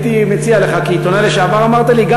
הייתי מציע לך, כעיתונאי לשעבר אמרת לי?